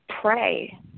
pray